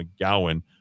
McGowan